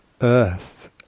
earth